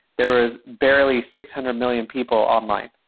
there was barely six hundred million people online.